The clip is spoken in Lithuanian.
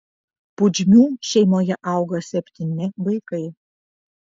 pudžmių šeimoje auga septyni vaikai